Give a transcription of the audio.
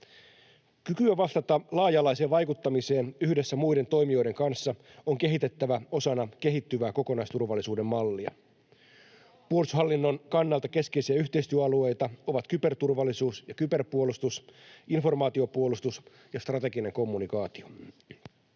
Kykyä vastata laaja-alaiseen vaikuttamiseen yhdessä muiden toimijoiden kanssa on kehitettävä osana kehittyvää kokonaisturvallisuuden mallia. Puolustushallinnon kannalta keskeisiä yhteistyö-alueita ovat kyberturvallisuus ja kyberpuolustus, informaatiopuolustus ja strateginen kommunikaatio.